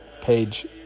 page